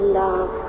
love